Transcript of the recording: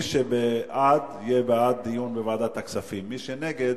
מי שבעד יהיה בעד דיון בוועדת הכספים, מי שנגד,